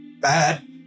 bad